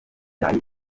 cyari